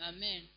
Amen